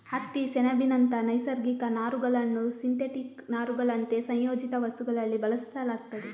ಹತ್ತಿ, ಸೆಣಬಿನಂತ ನೈಸರ್ಗಿಕ ನಾರುಗಳನ್ನ ಸಿಂಥೆಟಿಕ್ ನಾರುಗಳಂತೆ ಸಂಯೋಜಿತ ವಸ್ತುಗಳಲ್ಲಿ ಬಳಸಲಾಗ್ತದೆ